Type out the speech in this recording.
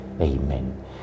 Amen